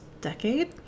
decade